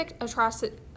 atrocities